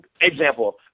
example